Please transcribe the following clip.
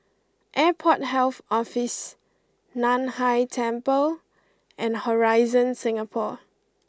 Airport Health Office Nan Hai Temple and Horizon Singapore